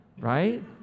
right